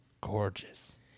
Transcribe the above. gorgeous